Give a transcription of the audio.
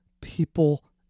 people